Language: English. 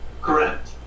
Correct